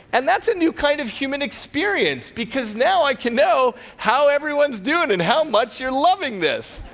and that's a new kind of human experience, because now i can know how everyone's doing and how much you're loving this.